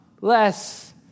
Less